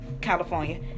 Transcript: California